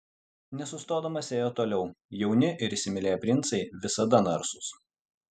nesustodamas ėjo toliau jauni ir įsimylėję princai visada narsūs